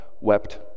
wept